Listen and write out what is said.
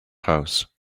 house